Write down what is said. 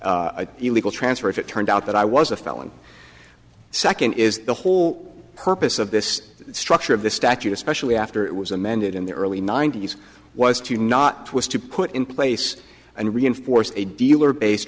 illegal transfer if it turned out that i was a felon second is the whole purpose of this structure of the statute especially after it was amended in the early ninety's was to not was to put in place and reinforce a dealer based